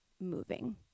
moving